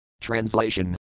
Translation